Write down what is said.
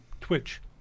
twitch